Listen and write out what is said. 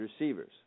receivers